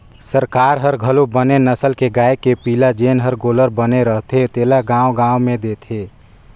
सरकार हर घलो बने नसल के गाय के पिला जेन हर गोल्लर बने रथे तेला गाँव गाँव में देथे